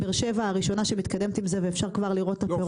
באר שבע היא הראשונה שמתקדמת עם זה ואפשר כבר לראות את הפירות.